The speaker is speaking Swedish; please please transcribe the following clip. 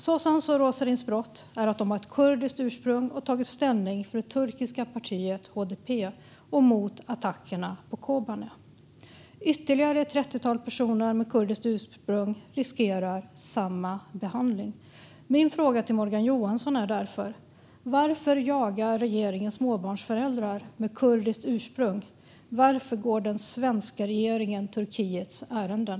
Zozans och Rozerins brott är att de har ett kurdiskt ursprung och att de har tagit ställning för det turkiska partiet HDP och mot attackerna på Kobane. Ytterligare ett trettiotal personer med kurdiskt ursprung riskerar samma behandling. Min fråga till Morgan Johansson är därför: Varför jagar regeringen småbarnsföräldrar med kurdiskt ursprung? Varför går den svenska regeringen Turkiets ärenden?